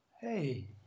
Hey